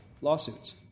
lawsuits